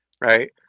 right